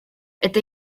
это